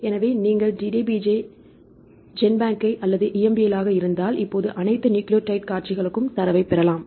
எனவே நீங்கள் DDBJ ஜென்பேங்கைப் அல்லது EMBL ஆக இருந்தால் இப்போது அனைத்து நியூக்ளியோடைடு காட்சிகளுக்கும் தரவைப் பெறலாம்